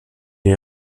est